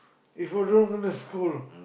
is Nurul going to school